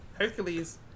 Hercules